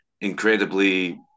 incredibly